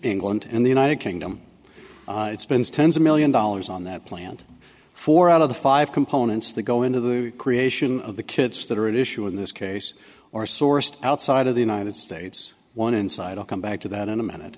england in the united kingdom spends tens of million dollars on that plant four out of the five components that go into the creation of the kids that are at issue in this case or sourced outside of the united states one inside a come back to that in a minute